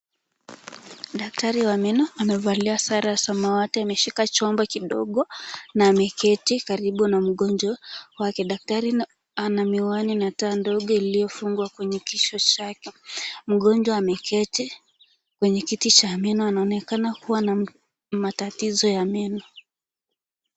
Daktari wa meno amevalia sare ya samawati ameshika chombo kidogo na ameketi karibu na mgonjwa wake. Daktari ana miwani na taa ndogo iliyofungwa kwenye kichwa chake. Mgonjwa ameketi kwenye kiti cha meno anaonekana kuwa na matatizo ya meno.